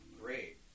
great